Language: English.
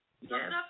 Yes